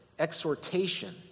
Exhortation